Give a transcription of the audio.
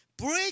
Break